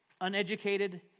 uneducated